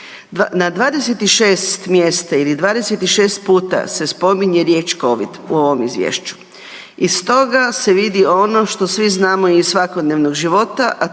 Na 26 mjesta ili 26 puta se spominje riječ Covid u ovom Izvješću, iz toga se vidi ono što svi znamo iz svakodnevnog života,